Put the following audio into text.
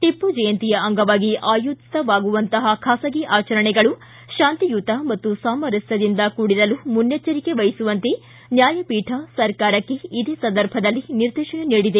ಟಿಪ್ಪು ಜಯಂತಿಯ ಅಂಗವಾಗಿ ಆಯೋಜಿತವಾಗುವಂತಹ ಖಾಸಗಿ ಆಚರಣೆಗಳು ಶಾಂತಿಯುತ ಮತ್ತು ಸಾಮರಸ್ಥದಿಂದ ಕೂಡಿರಲು ಮುನ್ನೆಚ್ಚರಿಕೆ ವಹಿಸುವಂತೆ ನ್ಯಾಯಪೀಠ ಸರ್ಕಾರಕ್ಕೆ ಇದೇ ಸಂದರ್ಭದಲ್ಲಿ ನಿರ್ದೇತನ ನೀಡಿದೆ